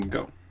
go